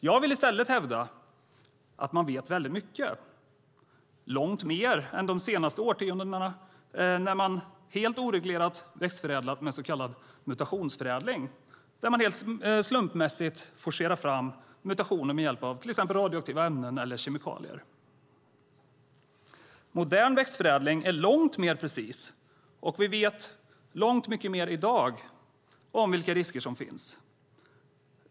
Jag vill i stället hävda att man vet väldigt mycket, långt mer än under de senaste årtiondena, när man helt oreglerat har växtförädlat med så kallad mutationsförädling, där man helt slumpmässigt forcerar fram mutationer med hjälp av till exempel radioaktiva ämnen eller kemikalier. Modern växtförädling är långt mer precis, och vi vet långt mycket mer i dag om vilka risker som finns.